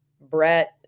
Brett